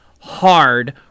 hard